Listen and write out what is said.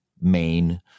main